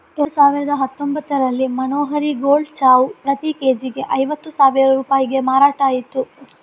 ಎರಡು ಸಾವಿರದ ಹತ್ತೊಂಭತ್ತರಲ್ಲಿ ಮನೋಹರಿ ಗೋಲ್ಡ್ ಚಾವು ಪ್ರತಿ ಕೆ.ಜಿಗೆ ಐವತ್ತು ಸಾವಿರ ರೂಪಾಯಿಗೆ ಮಾರಾಟ ಆಯ್ತು